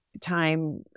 time